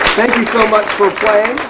thank you so much for playing.